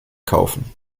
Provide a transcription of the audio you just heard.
kaufen